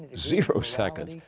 zero seconds.